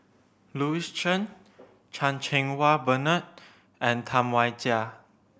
Louis Chen Chan Cheng Wah Bernard and Tam Wai Jia